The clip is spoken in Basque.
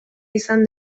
izan